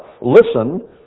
listen